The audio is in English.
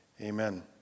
Amen